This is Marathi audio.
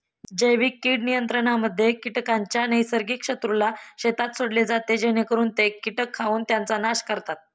जैविक कीड नियंत्रणामध्ये कीटकांच्या नैसर्गिक शत्रूला शेतात सोडले जाते जेणेकरून ते कीटक खाऊन त्यांचा नाश करतात